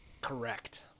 Correct